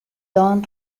don